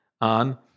on